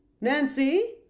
Nancy